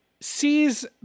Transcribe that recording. sees